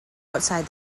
outside